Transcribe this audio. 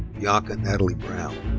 bianca natalie brown.